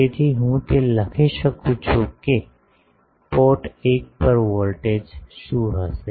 તેથી હું તે લખી શકું છું કે પોર્ટ 1 પર વોલ્ટેજ શું હશે